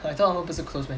I thought 他们不是 close meh